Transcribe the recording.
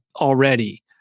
already